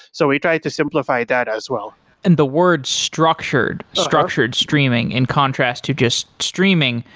so we tried to simplify that as well and the word structured, structured streaming in contrast to just streaming,